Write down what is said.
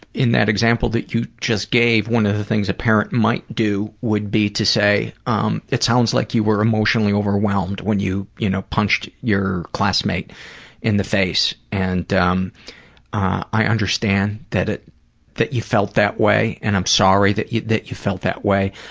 in that example that you just gave, one of the things a parent might do would be to say, um, it sounds like you were emotionally overwhelmed when you, you know, punched your classmate in the face and um i understand that it that you felt that way and i'm sorry that you that you felt that way,